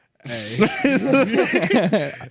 Hey